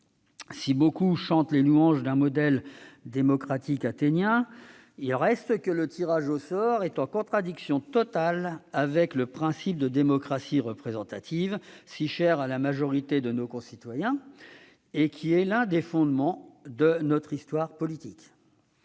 Si beaucoup chantent les louanges d'un modèle démocratique athénien, le tirage au sort n'en reste pas moins en contradiction totale avec le principe de démocratie représentative si cher à la majorité de nos concitoyens, et qui constitue l'un des fondements de notre histoire politique.